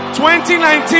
2019